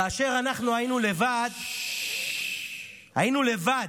כאשר אנחנו היינו לבד, היינו לבד,